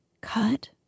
Cut